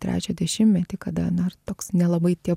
trečią dešimtmetį kada dar toks nelabai tie